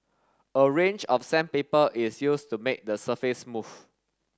a range of sandpaper is used to make the surface smooth